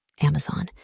Amazon